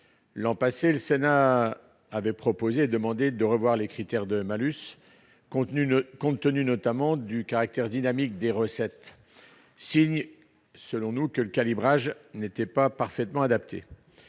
dernière, le Sénat a déjà proposé de revoir les critères du malus, compte tenu notamment du caractère dynamique de ses recettes, signe, selon nous, que le calibrage n'était pas parfaitement adapté.